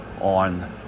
on